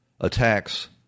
attacks